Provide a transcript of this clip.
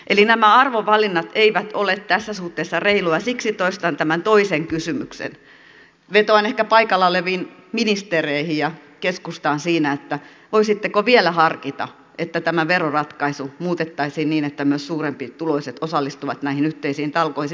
eli nämä arvovalinnat eivät ole tässä suhteessa reiluja ja siksi toistan tämän toisen kysymyksen ja vetoan ehkä paikalla oleviin ministereihin ja keskustaan siinä voisitteko vielä harkita että tämä veroratkaisu muutettaisiin niin että myös suurempituloiset osallistuvat näihin yhteisiin talkoisiin